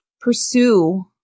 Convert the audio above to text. pursue